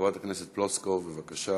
חברת הכנסת פלוסקוב, בבקשה.